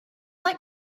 like